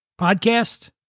Podcast